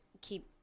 keep